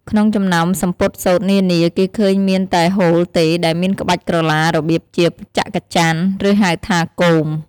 ក្នុងចំណោមសំពត់សូត្រនានា គេឃើញមានតែហូលទេ ដែលមានក្បាច់ក្រឡារបៀបជាច័ក្កច័ន ឬហៅថា “គោម”។